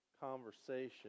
conversation